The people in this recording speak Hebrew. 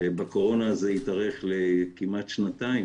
בקורונה זה התארך לכמעט שנתיים.